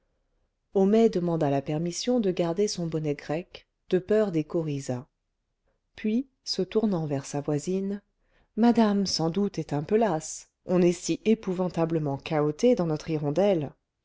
homais demanda la permission de garder son bonnet grec de peur des coryzas puis se tournant vers sa voisine madame sans doute est un peu lasse on est si épouvantablement cahoté dans notre hirondelle